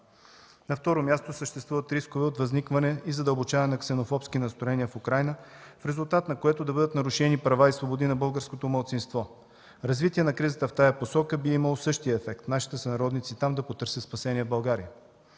На второ място, съществуват рискове от възникване и задълбочаване на ксенофобски настроения в Украйна, в резултат на което да бъдат нарушени права и свободи на българското малцинство. Развитие на кризата в тази посока би имало същия ефект: нашите сънародници там да потърсят спасение в България.